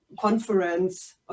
conference